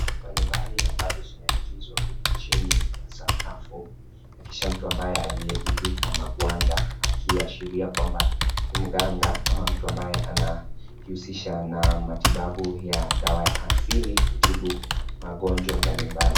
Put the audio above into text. Mbali mbali ambazo zimeanikizwa huku chini kwa sakafu na kisha mtu ambaye aliyejivika magwanda akiashiria kwamba ni mganga ama mtu ambaye anajihusisha na matibabu ya dawa ya asili kutibu magonjwa mbali mbali.